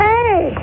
Hey